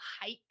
hike